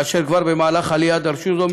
כאשר כבר במהלך העלייה דרשו זאת,